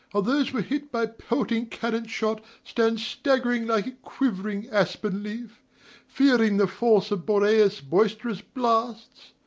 how those were hit by pelting cannon-shot stand staggering like a quivering aspen-leaf fearing the force of boreas' boisterous blasts!